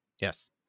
Yes